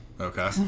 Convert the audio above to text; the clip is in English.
Okay